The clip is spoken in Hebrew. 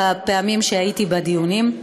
בפעמים שהייתי בדיונים,